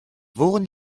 worin